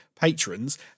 patrons